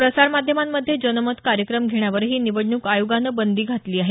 प्रसारमाध्यमांमध्ये जनतम कार्यक्रम घेण्यावरही निवडणूक आयोगानं बंदी घातली आहे